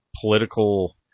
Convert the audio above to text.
political